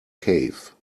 cave